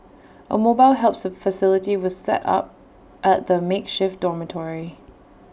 A mobile helps facility was set up at the makeshift dormitory